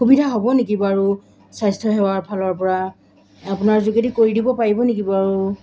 সুবিধা হ'ব নেকি বাৰু স্বাস্থ্যসেৱাৰফালৰপৰা আপোনাৰ যোগেদি কৰি দিব পাৰিব নেকি বাৰু